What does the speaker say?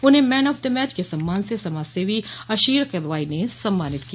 उन्हें man of the match के सम्मान से समाजसेवी अशीर किदवाई ने सम्मानित किया